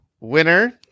winner